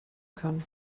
kann